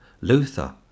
Luther